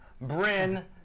Bryn